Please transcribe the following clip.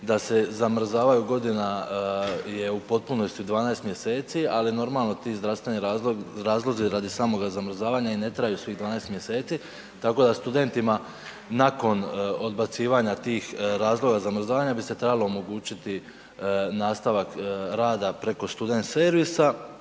da se zamrzavaju godina je u potpunosti 12 mjeseci, ali normalno ti zdravstveni razlozi radi samoga zamrzavanja i ne traju svih 12 mjeseci tako da studentima nakon odbacivanja tih razloga zamrzavanja bi se trebalo omogućiti nastavak rada preko student servisa,